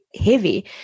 heavy